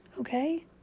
okay